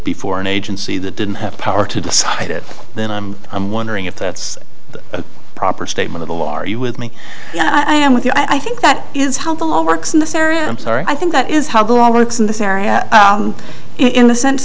before an agency that didn't have power to decide it then i'm i'm wondering if that's a proper statement of the law are you with me i am with you i think that is how the law works in this area i'm sorry i think that is how the law works in this area in the sense